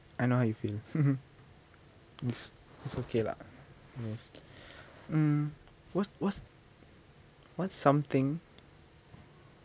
I know how you feel it's it's okay lah yes hmm what's what's what's something